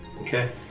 Okay